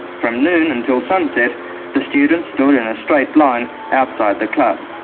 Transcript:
from noon until sunset the students stood in a straight line outside the club,